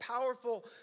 Powerful